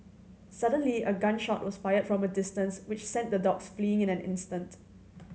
suddenly a gun shot was fired from a distance which sent the dogs fleeing in an instant